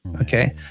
Okay